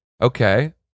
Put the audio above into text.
Okay